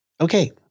okay